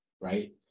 right